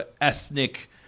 ethnic